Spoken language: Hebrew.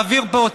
נא לקרוא את